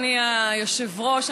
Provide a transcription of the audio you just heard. אדוני היושב-ראש,